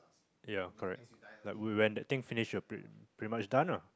ya correct that when when that thing finished it's pretty much done ah